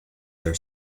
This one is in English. their